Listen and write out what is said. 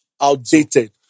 outdated